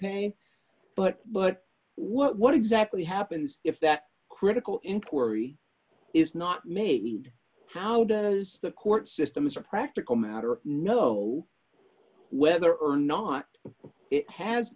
pay but but what exactly happens if that critical inquiry is not made how does the court system as a practical matter know whether or not it has